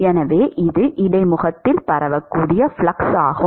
எனவே இது இடைமுகத்தில் பரவக்கூடிய ஃப்ளக்ஸ் ஆகும்